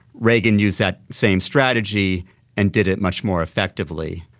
reagan used that same strategy and did it much more effectively.